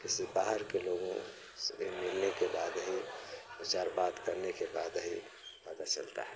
किसी बाहर के लोगों से मिलने के बाद ही दो चार बात करने के बाद ही पता चलता है